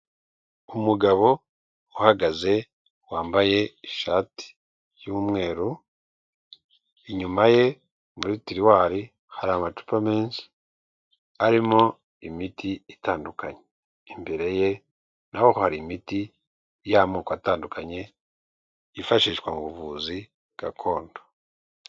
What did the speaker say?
Umugabo uhagaze wambaye ishati y'umweru, inyuma ye muri tiriwari hari amacupa menshi arimo imiti itandukanye, imbere ye naho hari imiti y'amoko atandukanye yifashishwa mu buvuzi gakondo.